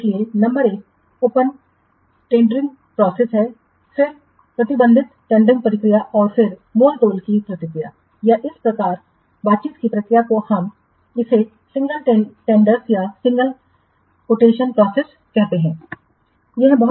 इसलिए नंबर एक open tendering प्रक्रिया है फिर प्रतिबंधित टेंडरिंग प्रक्रिया और फिर मोल तोल की प्रक्रिया या इस बातचीत की प्रक्रिया को हम इसे सिंगल टेंडर या सिंगल कोटेशन प्रोसेस कहते हैं